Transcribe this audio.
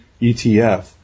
ETF